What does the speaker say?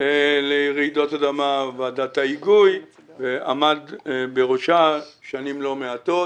לרעידות אדמה וועדת ההיגוי שעמד בראשה שנים לא מעטות